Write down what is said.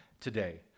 today